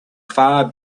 far